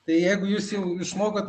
tai jeigu jūs jau išmokot